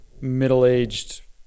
middle-aged